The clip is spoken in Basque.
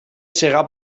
sega